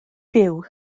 byw